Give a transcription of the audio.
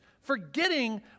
forgetting